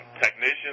technicians